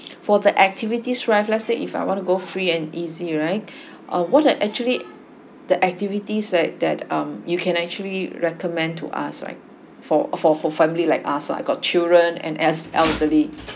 for the activities rest let's say if I want to go free and easy right uh what uh actually the activity said that um you can actually recommend to us right for for for family like us lah I got children and es~ elderly